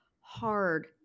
hard